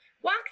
walk